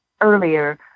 earlier